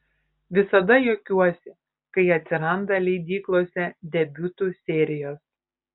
visada juokiuosi kai atsiranda leidyklose debiutų serijos